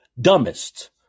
dumbest